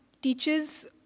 teaches